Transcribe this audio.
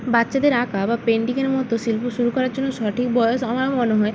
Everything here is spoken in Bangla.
বাচ্ছাদের আঁকা বা পেন্টিংয়ের মতো শিল্প শুরু করার জন্য সঠিক বয়স আমার মনে হয়